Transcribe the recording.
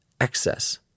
excess